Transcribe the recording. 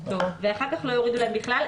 ואחר כך לא יורידו להם בכלל.